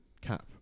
cap